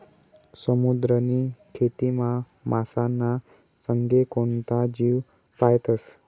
समुद्रनी खेतीमा मासाना संगे कोणता जीव पायतस?